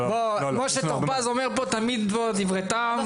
משה טור-פז אומר פה תמיד דברי טעם.